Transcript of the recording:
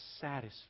satisfied